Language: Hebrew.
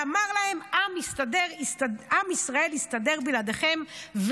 ואמר להם: עם ישראל יסתדר בלעדיכם,